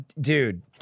Dude